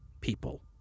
people